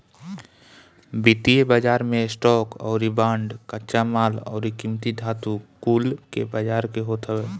वित्तीय बाजार मे स्टॉक अउरी बांड, कच्चा माल अउरी कीमती धातु कुल के बाजार होत हवे